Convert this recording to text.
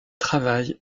travail